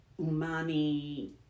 umami